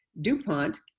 DuPont